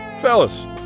Fellas